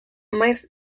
maiz